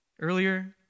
earlier